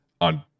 on